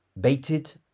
baited